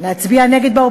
להצביע נגד,